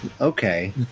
Okay